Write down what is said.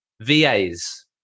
VAs